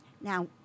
now